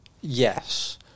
yes